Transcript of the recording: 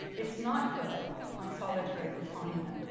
it's not good on solitary confinement.